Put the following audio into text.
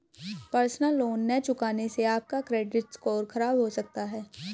personal loan न चुकाने से आप का क्रेडिट स्कोर खराब हो सकता है